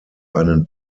einen